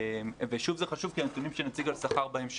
ושוב זה חשוב כי הנתונים שנציג בהמשך